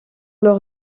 leur